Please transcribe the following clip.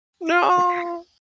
No